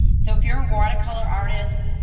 so if you're a watercolor artist,